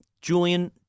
Julian